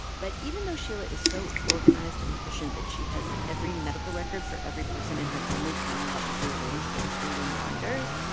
but even though sheila is so organized and efficient that she has every medical record for every person in her family chronologically arranged in three-ring binders,